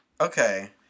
Okay